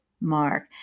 Mark